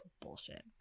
bullshit